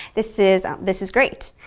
this is. this is great!